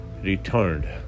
returned